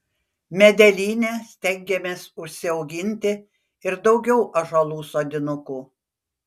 medelyne stengiamės užsiauginti ir daugiau ąžuolų sodinukų